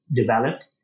developed